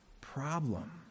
problem